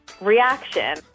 reaction